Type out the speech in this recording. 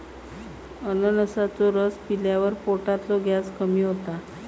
अननसाचो रस पिल्यावर पोटातलो गॅस कमी होता